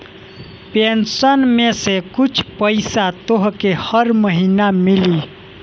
pension में से कुछ पईसा तोहके रह महिना मिली